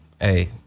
hey